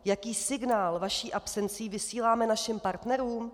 Jaký signál vaší absencí vysíláme našim partnerům?